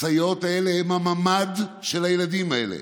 הסייעות האלה הן הממ"ד של הילדים האלה.